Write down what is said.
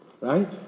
right